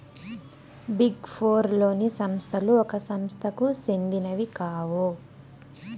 big four లోని సంస్థలు ఒక సంస్థకు సెందినవి కావు